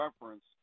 reference